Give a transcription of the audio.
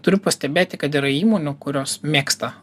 turiu pastebėti kad yra įmonių kurios mėgsta